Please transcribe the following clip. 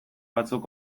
batzuk